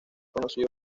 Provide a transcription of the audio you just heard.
conocido